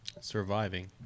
surviving